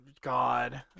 God